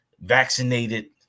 vaccinated